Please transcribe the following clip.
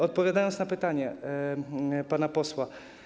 Odpowiadam na pytanie pana posła.